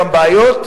גם בתעודות?